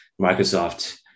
Microsoft